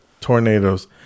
tornadoes